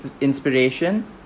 inspiration